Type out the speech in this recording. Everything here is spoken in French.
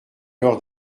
peur